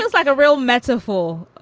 like a real medicine for